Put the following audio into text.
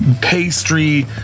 pastry